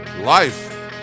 life